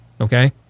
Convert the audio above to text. Okay